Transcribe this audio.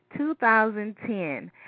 2010